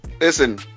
listen